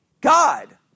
God